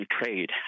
trade